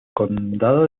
condado